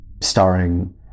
starring